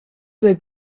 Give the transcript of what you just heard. duei